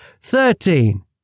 Thirteen